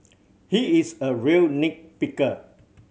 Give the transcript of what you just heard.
he is a real nit picker